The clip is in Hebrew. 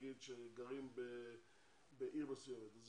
נגיד שגרים בעיר מסוימת,